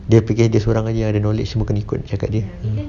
dia fikir dia seorang saje ada knowledge semua kena ikut cakap dia